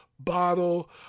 bottle